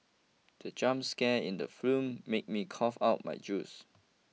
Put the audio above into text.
the jump scare in the film made me cough out my juice